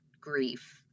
grief